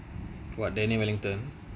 what daniel wellington